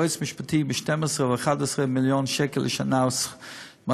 יועץ משפטי ב-11 12 מיליון שקל לשנה משכורת,